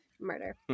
murder